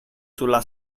sulla